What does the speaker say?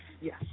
Yes